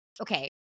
okay